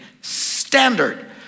standard